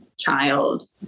child